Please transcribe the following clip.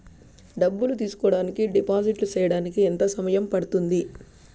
డబ్బులు తీసుకోడానికి డిపాజిట్లు సేయడానికి ఎంత సమయం పడ్తుంది